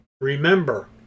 Remember